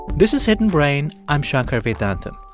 this is hidden brain. i'm shankar vedantam.